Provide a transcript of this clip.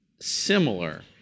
similar